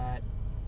kau faham ah